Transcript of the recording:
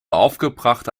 aufgebrachte